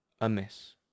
amiss